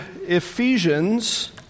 Ephesians